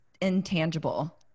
intangible